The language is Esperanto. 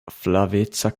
flaveca